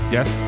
Yes